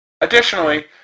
Additionally